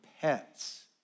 pets